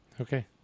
Okay